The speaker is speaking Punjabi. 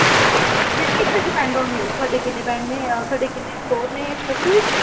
ਬੇਟਾ ਇਸ 'ਚ ਡਿਪੈਂਡ ਔਨ ਯੂ ਤੁਹਾਡੇ ਕਿੰਨੇ ਬੈਂਡ ਨੇ ਤੁਹਾਡੇ ਕਿੰਨੇ ਸਕੋਰ ਨੇ ਪਲੱਸ ਟੂ ਵਿੱਚ